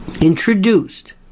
introduced